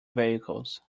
vehicles